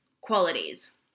qualities